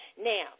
Now